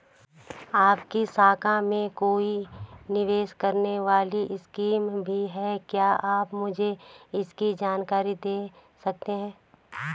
आपकी शाखा में कोई निवेश करने वाली स्कीम भी है क्या आप मुझे इसकी जानकारी दें सकते हैं?